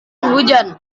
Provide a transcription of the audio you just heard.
hujan